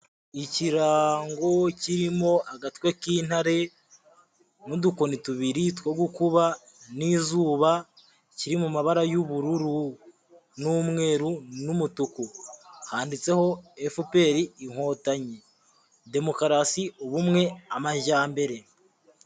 Ikirango kirimo agatwe k'intare n'udukoni tubiri two gukuba n'izuba, kiri mu mabara y'ubururu n'umweru n'umutuku. Handitseho Efuperi Inkotanyi. Demokarasi, Ubumwe, Amajyambere.